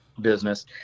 Business